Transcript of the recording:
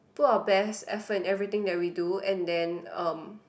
put our best effort in everything that we do and then um